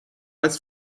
als